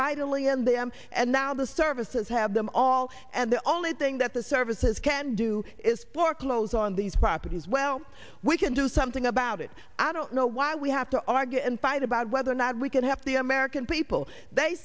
mightily in them and now the services have them all and the only thing that the services can do is floor close on these properties well we can do something about it i don't know why we have to argue and fight about whether or not we can have the american people they